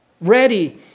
Ready